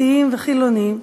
דתיים וחילונים,